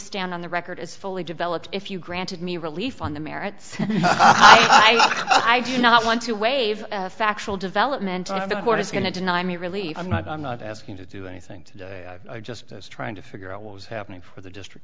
stand on the record as fully developed if you granted me relief on the merits i do not want to wave a factual developmental to the court is going to deny me relief i'm not i'm not asking to do anything today i'm just trying to figure out what was happening for the district